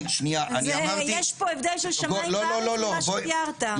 יש פה הבדל של שמיים וארץ בין מה שקורה לבין מה שתיארת.